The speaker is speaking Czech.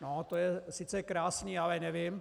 No to je sice krásné, ale nevím.